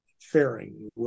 faring